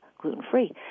gluten-free